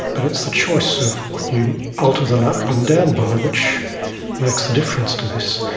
but it's the choice of what you alter them up and down by which makes the difference to this.